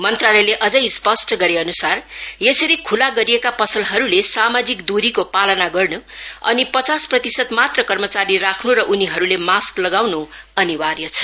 मंत्रालयले अझै स्पष्ट गरे अनुसार यसरी खुला गरिएका पसलहरूले सामाजिक दूरीको पालना गर्नु अनि पचास प्रतिशत मात्र कर्मचारी राख्न र उनीहरूले मास्क ल्याउनु अनिवार्य छ